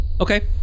Okay